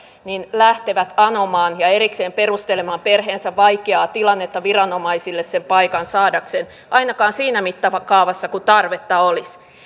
lähtevät anomaan ja erikseen perustelemaan perheensä vaikeaa tilannetta viranomaisille sen paikan saadakseen ainakaan siinä mittakaavassa kuin tarvetta olisi